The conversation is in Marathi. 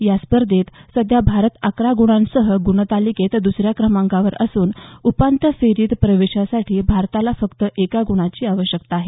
या स्पर्धेत सध्या भारत अकरा गुणांसह गुणतालिकेत दुसऱ्या क्रमांकावर असून उपांत्य फेरीत प्रवेशासाठी भारताला फक्त एका ग्णाची आवश्यकता आहे